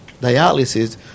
dialysis